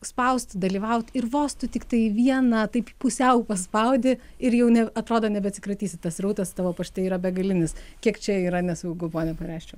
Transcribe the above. spausti dalyvaut ir vos tu tiktai vieną taip pusiau paspaudi ir jau ne atrodo nebeatsikratysi tas srautas tavo pašte yra begalinis kiek čia yra nesaugu pone pareščiau